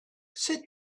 sit